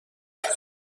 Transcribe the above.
کنم